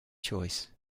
choice